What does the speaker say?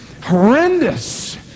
horrendous